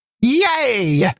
Yay